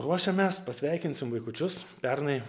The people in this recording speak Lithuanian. ruošiamės pasveikinsim vaikučius pernai